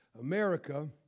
America